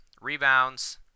rebounds